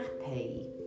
happy